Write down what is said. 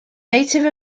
native